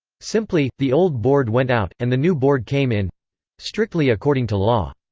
simply, the old board went out, and the new board came in strictly according to law.